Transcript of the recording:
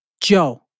Joe